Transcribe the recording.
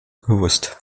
bewusst